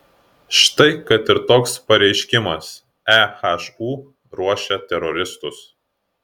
štai kad ir toks pareiškimas ehu ruošia teroristus